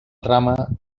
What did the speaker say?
trama